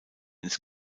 ins